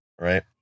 right